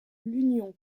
l’union